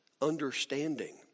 understanding